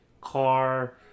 car